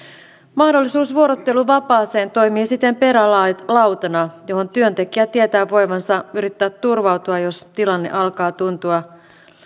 mahdollisuus vuorotteluvapaaseen toimii siten perälautana johon työntekijä tietää voivansa yrittää turvautua jos tilanne alkaa tuntua